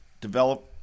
develop